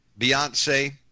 Beyonce